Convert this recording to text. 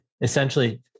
essentially